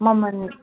ꯃꯃꯟ